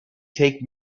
take